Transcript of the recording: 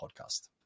Podcast